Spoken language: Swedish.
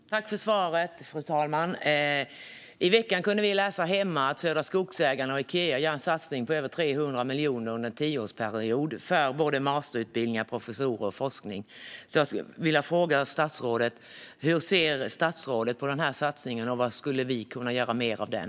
Fru talman! Tack, Ibrahim Baylan, för svaret! I veckan kunde vi hemma läsa att Södra Skogsägarna och Ikea gör en satsning på över 300 miljoner under en tioårsperiod för masterutbildningar, professurer och forskning. Jag skulle vilja fråga statsrådet hur han ser på denna satsning och vad vi mer skulle kunna göra av den.